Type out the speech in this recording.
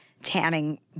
Tanning